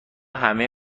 همه